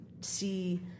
see